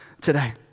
today